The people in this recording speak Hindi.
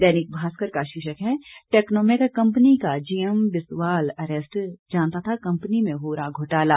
दैनिक भास्कर का शीर्षक है टैक्नोमेक कंपनी का जीएम बिस्वाल अरेस्ट जानता था कंपनी में हो रहा घोटाला